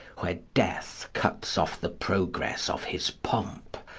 where death cuts off the progress of his pomp,